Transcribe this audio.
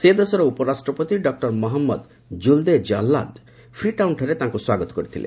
ସେ ଦେଶର ଉପରାଷ୍ଟ୍ରପତି ଡକୁର ମହମ୍ମଦ ଜୁଲ୍ଦେହ୍ କାଲ୍ଲାହ୍ ଫ୍ରି ଟାଉନ୍ଠାରେ ତାଙ୍କୁ ସ୍ୱାଗତ କରିଥିଲେ